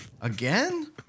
again